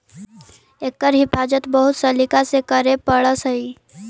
एकर हिफाज़त बहुत सलीका से करे पड़ऽ हइ